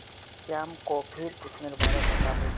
श्याम कॉफीर किस्मेर बारे बताले